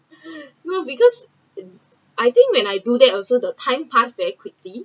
no because I think when I do that also the time passed very quickly